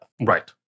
Right